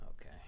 Okay